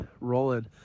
rolling